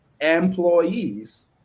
employees